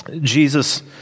Jesus